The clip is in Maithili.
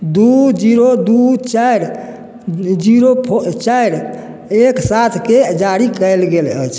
दू जीरो दू चारि जीरो फो चारि एक सात के जारी कयल गेल अछि